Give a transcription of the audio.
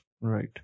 right